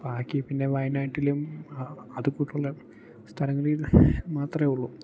ബാക്കി പിന്നെ വയനാട്ടിലും അതുപോലെയുള്ള സ്ഥലങ്ങളിത് മാത്രമേ ഉള്ളു